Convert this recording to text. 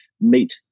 meet